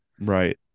Right